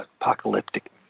apocalyptic